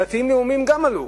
גם הדתיים הלאומיים עלו,